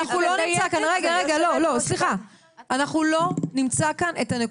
אני לא מבטיחה שזה יקרה אבל אני מבטיחה שאנחנו נעשה את המקסימום